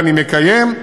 ואני מקיים,